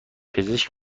پزشک